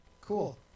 Cool